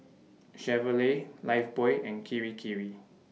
Chevrolet Lifebuoy and Kirei Kirei